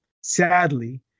sadly